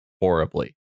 horribly